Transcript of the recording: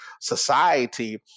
society